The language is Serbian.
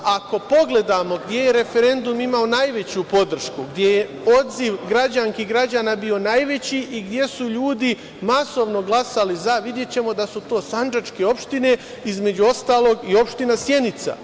Ako pogledamo gde je referendum imao najveću podršku, gde je odziv građanki i građana bio najveći i gde su ljudi masovno glasali za, videćemo da su to sandžačke opštine, između ostalog i opština Sjenica.